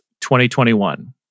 2021